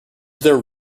there